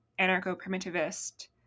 anarcho-primitivist